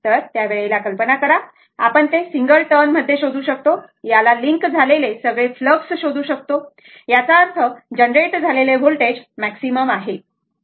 तर त्या वेळेला कल्पना करा आपण ते सिंगल टर्न मध्ये शोधू शकतो याला लिंक झालेले सगळे फ्लक्स शोधू शकतो याचा अर्थजनरेट झालेले व्होल्टेज मॅक्झिमम आहे बरोबर